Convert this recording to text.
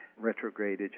retrograde